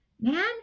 man